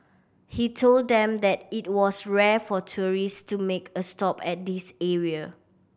he told them that it was rare for tourist to make a stop at this area